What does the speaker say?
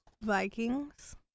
Vikings